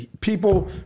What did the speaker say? people